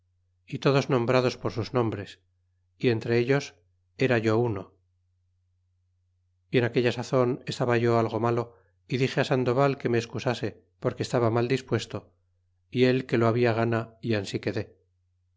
y todos nombrados por sus nombres y entre ellos era yo uno y en aquella sazon estaba yo algo malo y dixe sandoval que me escusase porque estaba mal dispuesto y él que lo habia gana y ansi quedé